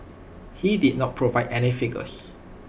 he did not provide any figures